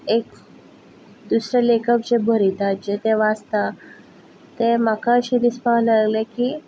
एक दुसरे लेखक जें बरयतात जे ते वाचतात तें म्हाका अशें दिसपाक लागलें की